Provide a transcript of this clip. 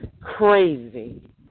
crazy